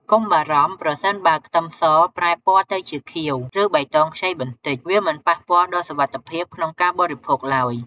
កុំបារម្ភប្រសិនបើខ្ទឹមសប្រែពណ៌ទៅជាខៀវ ឬបៃតងខ្ចីបន្តិច វាមិនប៉ះពាល់ដល់សុវត្ថិភាពក្នុងការបរិភោគឡើយ។